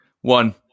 One